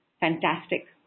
fantastic